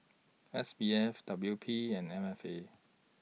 S P F W P and M F A